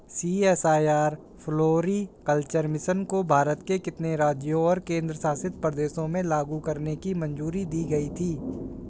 CSIR floriculture mission को भारत के कितने राज्यों और केंद्र शासित प्रदेशों में लागू करने की मंजूरी दी गई थी?